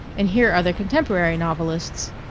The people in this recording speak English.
and here are the contemporary novelists.